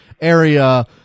area